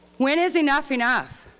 when is enough enough?